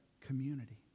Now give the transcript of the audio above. community